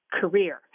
career